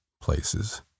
places